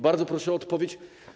Bardzo proszę o odpowiedź.